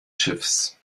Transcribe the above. schiffes